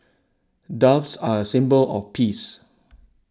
doves are a symbol of peace